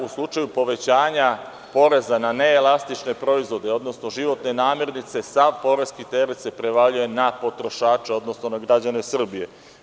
U slučaju povećanja poreza na neelastične proizvode, odnosno životne namirnice, sav poreski teret se prevaljuje na potrošače, odnosno na građane Srbije.